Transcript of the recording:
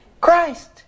Christ